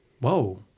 Whoa